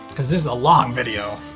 cause this is a long video.